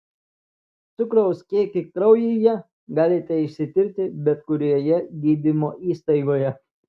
cukraus kiekį kraujyje galite išsitirti bet kurioje gydymo įstaigoje